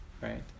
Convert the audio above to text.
right